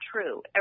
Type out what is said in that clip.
true